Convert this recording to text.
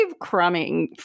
crumbing